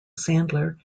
sandler